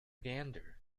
gander